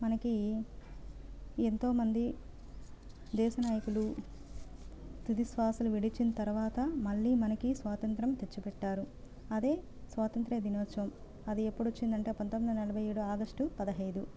మనకి ఎంతోమంది దేశ నాయకులు తుది శ్వాసలు విడిచిన తర్వాత మళ్ళీ మనకు స్వాతంత్య్రం తెచ్చి పెట్టారు అది స్వాతంత్య్ర దినోత్సవం అది ఎప్పుడు వచ్చిందంటే పంతొమ్మిది వందల నలభై ఏడు ఆగష్టు పదిహేను